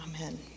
Amen